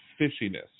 fishiness